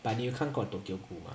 but 你有看过 tokyo ghoul 吗